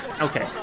Okay